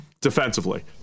defensively